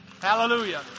Hallelujah